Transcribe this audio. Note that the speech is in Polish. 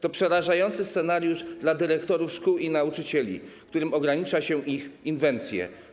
To przerażający scenariusz dla dyrektorów szkół i nauczycieli, którym ogranicza się ich inwencję.